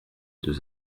deux